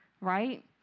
right